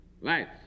Lights